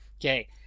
Okay